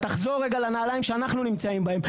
תחזור רגע לנעליים שאנחנו נמצאים בהם.